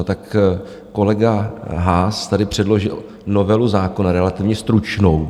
No tak kolega Haas tady předložil novelu zákona relativně stručnou.